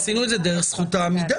עשינו את זה דרך זכות העמידה.